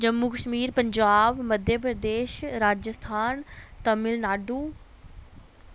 Jammu Kashmir Punjab Madhya Pradesh Rajasthan Tamil Nadu